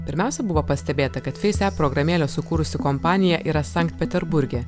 pirmiausia buvo pastebėta kad feis ep programėlę sukūrusi kompanija yra sankt peterburge